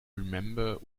remember